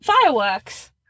Fireworks